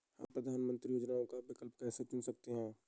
हम प्रधानमंत्री योजनाओं का विकल्प कैसे चुन सकते हैं?